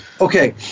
Okay